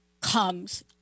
comes